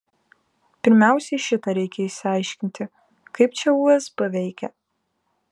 pirmiausiai šitą reikia išsiaiškinti kaip čia usb veikia